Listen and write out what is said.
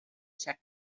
czech